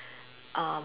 um